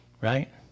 right